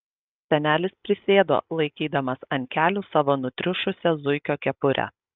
senelis prisėdo laikydamas ant kelių savo nutriušusią zuikio kepurę